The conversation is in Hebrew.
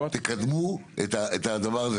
תקדמו את הדבר הזה,